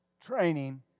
training